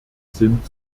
sind